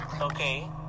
okay